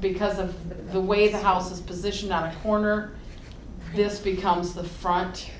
because of the way the house's position on a corner this becomes the front